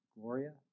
Gloria